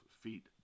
feet